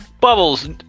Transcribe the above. Bubbles